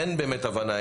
אין באמת הבנה,